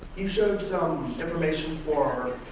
you showed some information for